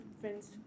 friends